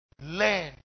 Learn